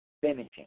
finishing